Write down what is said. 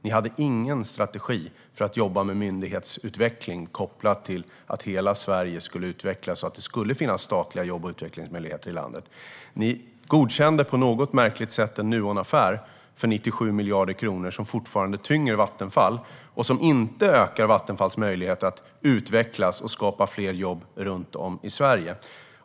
Ni hade ingen strategi för att jobba med myndighetsutveckling kopplat till att hela Sverige skulle utvecklas så att det skulle finnas statliga jobb och utvecklingsmöjligheter i landet. Ni godkände på något märkligt sätt en Nuonaffär för 97 miljarder kronor, som fortfarande tynger Vattenfall och som inte ökar Vattenfalls möjligheter att utvecklas och skapa fler jobb runt om i Sverige.